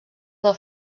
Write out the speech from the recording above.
del